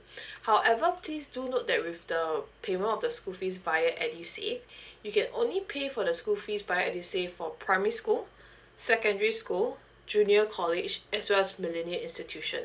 however please do note that with the payment of the school fees via edusave you can only pay for the school fees via edusave for primary school secondary school junior college as well as millenia institution